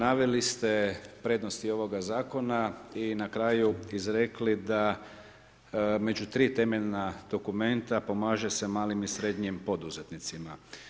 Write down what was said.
Naveli ste prednosti ovoga zakona i na kraju izrekli da među tri temeljna dokumenta pomaže se malim i srednjim poduzetnicima.